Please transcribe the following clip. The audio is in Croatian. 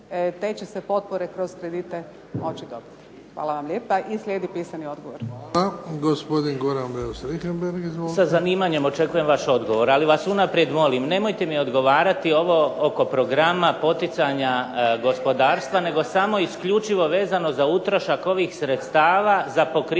te će se potpore kroz kredite moći dobiti. Hvala vam lijepa i slijedi pisani odgovor.